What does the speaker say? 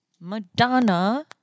Madonna